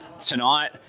tonight